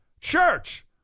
church